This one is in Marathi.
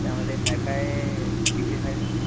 त्यामध्ये काय काय डिशेश आहे सर